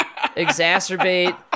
exacerbate